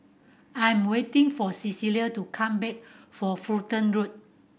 I'm waiting for Cecilia to come back from Fulton Road